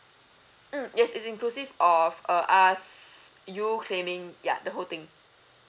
mm yes it's inclusive of err us you claiming ya the whole thing